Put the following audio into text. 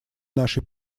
нашей